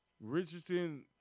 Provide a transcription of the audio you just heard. Richardson